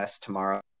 tomorrow